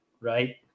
right